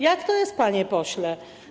Jak to jest, panie pośle?